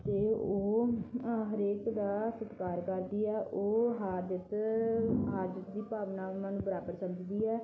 ਅਤੇ ਉਹ ਹਰੇਕ ਦਾ ਸਤਿਕਾਰ ਕਰਦੀ ਆ ਉਹ ਹਾਰ ਜਿੱਤ ਹਾਰ ਜਿੱਤ ਦੀ ਭਾਵਨਾਵਾਂ ਨੂੰ ਬਰਾਬਰ ਸਮਝਦੀ ਹੈ